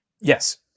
Yes